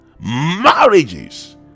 Marriages